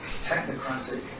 technocratic